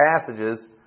passages